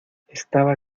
estaba